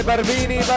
Barbini